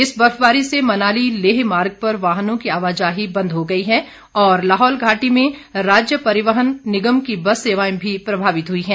इस बर्फबारी से मनाली लेह मार्ग पर वाहनों की आवाजाही बंद हो गई है और लाहौल घाटी में राज्य परिवहन निगम की बस सेवाएं भी प्रभावित हुई है